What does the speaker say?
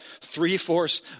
three-fourths